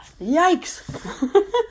Yikes